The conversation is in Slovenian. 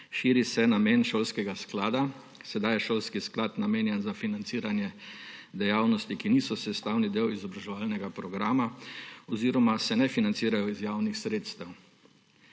širi se namen šolskega sklada. Sedaj je šolski sklad namenjen za financiranje dejavnosti, ki niso sestavni del izobraževalnega programa oziroma se ne financirajo iz javnih sredstev.